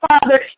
Father